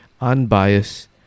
unbiased